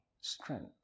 strength